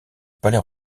palais